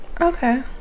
okay